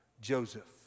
Joseph